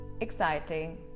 exciting